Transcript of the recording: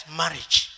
marriage